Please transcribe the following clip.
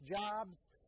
jobs